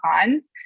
cons